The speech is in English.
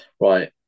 right